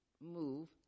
move